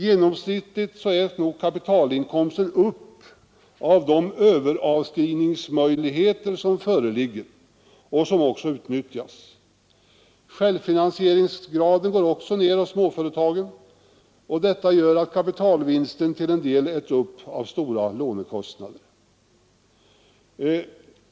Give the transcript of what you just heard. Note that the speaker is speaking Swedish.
Genomsnittligt äts nog kapitalinkomsten upp av de överavskrivningsmöjligheter som föreligger och som också utnyttjas. Vidare minskar småföretagens självfinansieringsgrad, och det gör att kapitalvinsten till en del äts upp av stora lånekostnader.